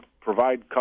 provide